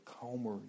calmer